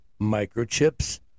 microchips